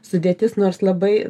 sudėtis nors labai